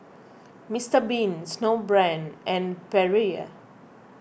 Mister Bean Snowbrand and Perrier